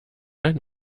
ein